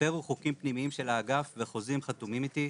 הפרו חוקים פנימיים של האגף וחוזים חתומים איתי,